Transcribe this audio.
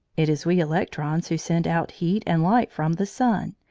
it is we electrons who send out heat and light from the sun,